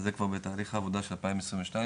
אז זה כבר בתהליך עבודה של 2022 יקרה,